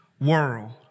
world